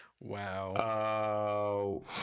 Wow